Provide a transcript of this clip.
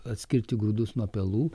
atskirti grūdus nuo pelų